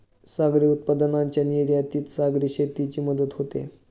सागरी उत्पादनांच्या निर्यातीत सागरी शेतीची मदत होते